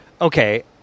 okay